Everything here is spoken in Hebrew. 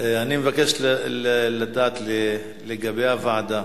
אני מבקש לדעת לגבי הוועדה.